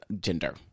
gender